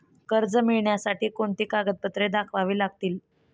कर्ज मिळण्यासाठी कोणती कागदपत्रे दाखवावी लागतील?